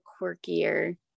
quirkier